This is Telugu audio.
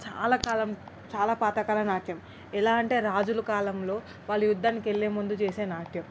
చాలా కాలం చాలా పాతకాలం నాట్యం ఎలా అంటే రాజులు కాలంలో వాళ్ళు యుద్ధానికి వెళ్ళే ముందు చేసే నాట్యం